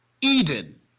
Eden